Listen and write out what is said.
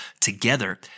together